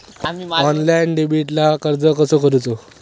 Online डेबिटला अर्ज कसो करूचो?